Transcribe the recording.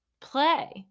play